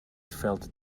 felt